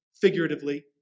figuratively